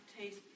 taste